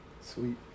Sweet